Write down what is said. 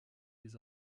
les